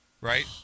right